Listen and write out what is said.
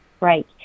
right